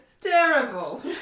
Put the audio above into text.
terrible